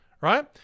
right